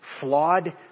flawed